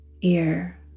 ear